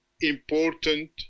important